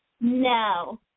No